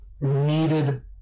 Needed